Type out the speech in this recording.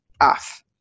off